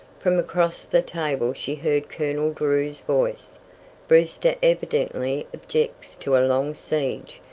from across the table she heard colonel drew's voice brewster evidently objects to a long siege.